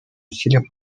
усилиям